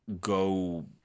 go